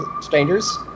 strangers